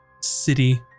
city